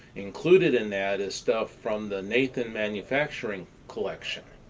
included in that is stuff from the nathan manufacturing collection.